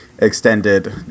Extended